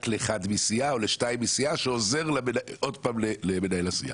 רק לאחד מסיעה או לשתיים מסיעה שעוזרים למנהל הסיעה.